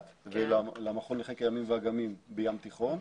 ולמכון לחקר ימים ואגמים בים התיכון.